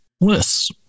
lists